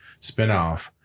spinoff